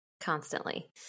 constantly